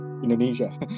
Indonesia